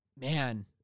man